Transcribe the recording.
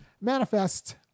manifest